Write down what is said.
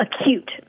acute